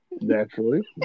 Naturally